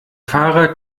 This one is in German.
fahrer